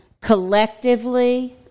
collectively